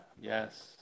Yes